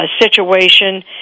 Situation